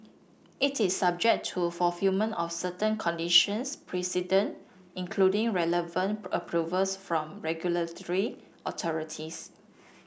it is subject to fulfilment of certain conditions precedent including relevant approvals from regulatory authorities